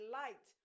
light